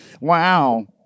Wow